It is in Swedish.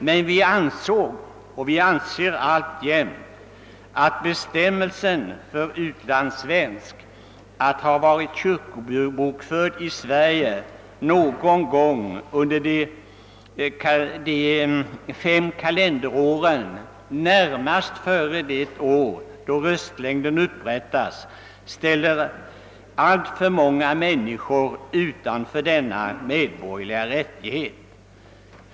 Men vi ansåg och anser alltjämt att bestämmelsen, att en utlandssvensk för att få möjlighet att utöva sin rösträtt skall ha varit kyrkobokförd i Sverige någon gång under de fem kalenderåren närmast före det år då röstlängden upprättas, ställer alltför många människor utanför denna medborgerliga rättighet.